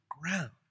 ground